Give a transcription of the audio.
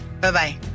Bye-bye